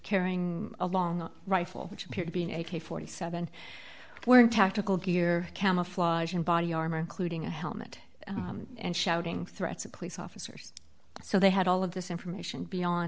carrying a long rifle which appeared to be an a k forty seven dollars were tactical gear camouflage and body armor occluding a helmet and shouting threats of police officers so they had all of this information beyond